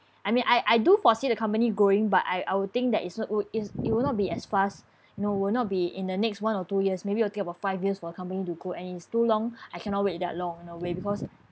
I mean I I do foresee the company growing but I I will think that it's not good is it will not be as fast you know will not be in the next one or two years maybe it'll take about five years for our company to grow and it's too long I cannot wait that long in a way because